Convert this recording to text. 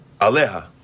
Aleha